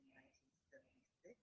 1976